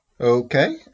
Okay